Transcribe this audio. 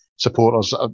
supporters